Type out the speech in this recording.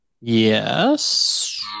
Yes